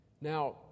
now